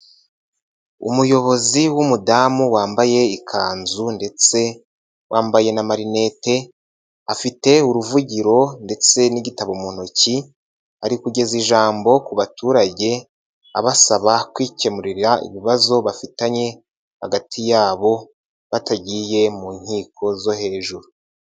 Umuyobozi w'umudamu wambaye ikanzu ndetse wambaye n'amarinete afite uruvugiro ndetse n'igitabo mu ntoki arigeza ijambo ku baturage abasaba kwikemurira ibibazo bafitanye hagati yabo batagiye mu nkiko zo hejuru.